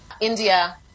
India